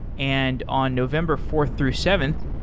and on november fourth through seventh,